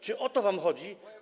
Czy o to wam chodzi?